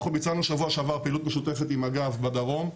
בשבוע שעבר ביצענו פעילות משותפת עם מג"ב בדרום,